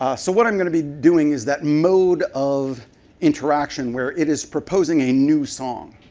ah so what i'm going to be doing is that mode of interaction where it is proposing a new song.